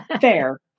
fair